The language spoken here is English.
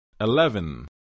eleven